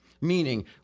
Meaning